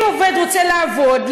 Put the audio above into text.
אם עובד רוצה לעבוד,